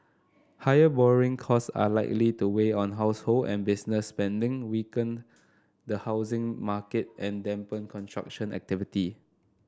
higher borrowing costs are likely to weigh on household and business spending weaken the housing market and dampen construction activity